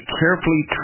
carefully